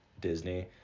Disney